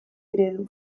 eredu